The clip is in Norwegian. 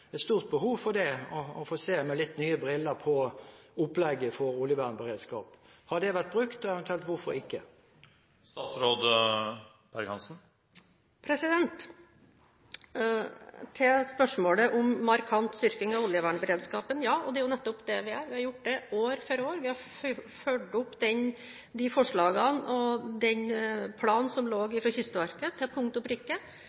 et stort behov for å se med litt nye briller på opplegget for oljevernberedskap. Har det vært brukt, og eventuelt hvorfor ikke? Til spørsmålet om markant styrking av oljevernberedskapen: Ja, det er nettopp det vi gjør. Vi har gjort det år for år. Vi har fulgt opp de forslagene og den planen som